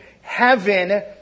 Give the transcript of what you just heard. heaven